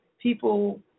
People